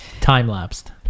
time-lapsed